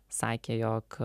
sakė jog